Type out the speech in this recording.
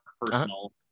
personal